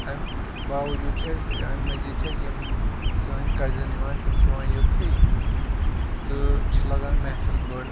اَمہِ باؤجوٗد چھِ اَسہِ اَمہِ مٔزیٖد چھِ اَسہِ یِم سٲنۍ کَزِن یِوان تِم چھِ یِوان یوٚتتھٕے تہٕ چھِ لَگان محفِل بٔڈ